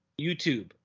youtube